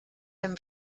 him